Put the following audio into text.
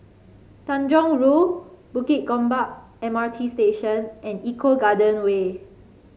Tanjong Rhu Bukit Gombak M R T Station and Eco Garden Way